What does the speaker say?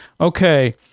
Okay